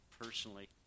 personally